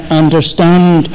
understand